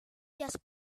just